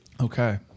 Okay